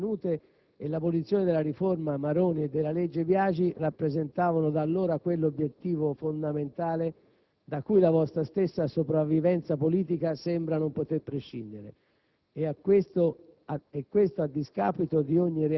Le promesse fatte in campagna elettorale andavano mantenute e l'abolizione della riforma Maroni e della legge Biagi rappresentavano da allora quell'obbiettivo fondamentale da cui la vostra stessa sopravvivenza politica sembra non poter prescindere.